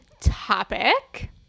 topic